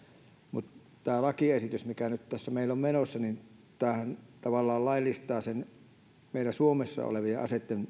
tämä lakiesitys mikä nyt tässä meillä on menossa kuitenkin tavallaan laillistaa meillä suomessa olevien